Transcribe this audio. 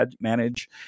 manage